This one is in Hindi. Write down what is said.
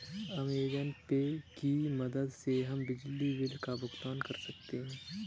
अमेज़न पे की मदद से हम बिजली बिल का भुगतान कर सकते हैं